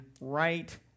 right